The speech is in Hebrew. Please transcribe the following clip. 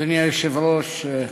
עם הגשם הראשון,